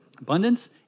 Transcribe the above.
abundance